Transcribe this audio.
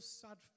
sad